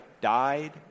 died